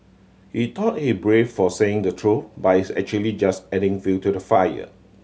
he thought he brave for saying the truth but he's actually just adding fuel to the fire